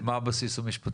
מה הבסיס המשפטי?